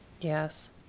Yes